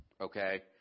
Okay